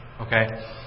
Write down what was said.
Okay